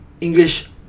English